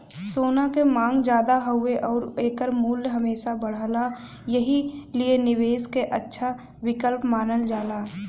सोना क मांग जादा हउवे आउर एकर मूल्य हमेशा बढ़ला एही लिए निवेश क अच्छा विकल्प मानल जाला